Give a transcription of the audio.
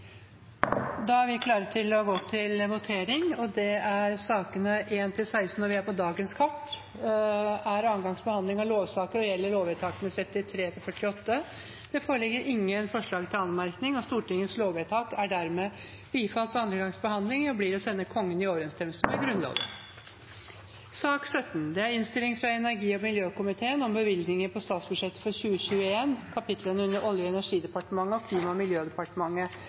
vi klare til å gå til votering. Sakene nr. 1–16 er andre gangs behandling av lovsaker og gjelder lovvedtakene 33 til og med 48. Det foreligger ingen forslag til anmerkning. Stortingets lovvedtak er dermed bifalt ved andre gangs behandling og blir å sende Kongen i overenstemmelse med Grunnloven. Under debatten er det satt frem i alt 50 forslag. Det er forslag nr. 1, fra Espen Barth Eide på vegne av Arbeiderpartiet og Senterpartiet forslagene nr. 2–14, fra Espen Barth Eide på vegne av Arbeiderpartiet, Sosialistisk Venstreparti og